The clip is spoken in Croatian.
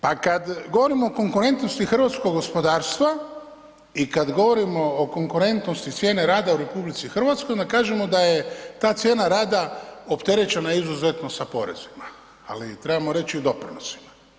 Pa kad govorimo o konkurentnosti hrvatskog gospodarstva i kad govorimo o konkurentnosti cijene rada u RH onda kažemo da je ta cijena rada opterećena izuzetno sa porezima, ali trebamo reći i doprinosima.